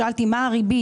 ושאלתי מהי הריבית?